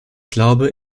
glaube